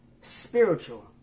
spiritual